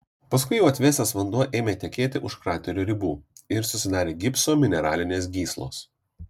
paskui jau atvėsęs vanduo ėmė tekėti už kraterio ribų ir susidarė gipso mineralinės gyslos